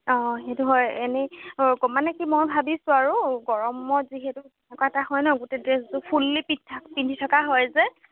অঁ সেইটো হয় এনেই মানে কি মই ভাবিছোঁ আৰু গৰমত যিহেতু তেনেকুৱা এটা হয় ন গোটেই ড্ৰেছটো ফুললি পি পিন্ধি থকা হয় যে